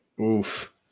Oof